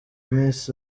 miss